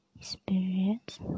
experience